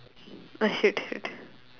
uh shit shit